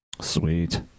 Sweet